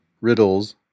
riddles